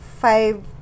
five